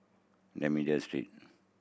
D'Almeida Street